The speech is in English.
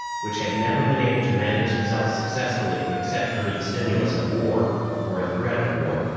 which had never been able to manage itself successfully except under the stimulus of war or a threat of war.